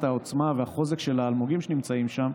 העוצמה והחוזק של האלמוגים שנמצאים שם,